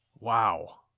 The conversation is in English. wow